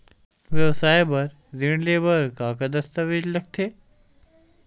व्यापार बर ऋण ले बर का का दस्तावेज लगथे?